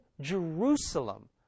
Jerusalem